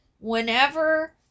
Whenever